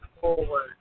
forward